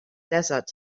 desert